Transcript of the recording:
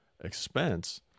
expense